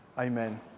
Amen